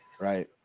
Right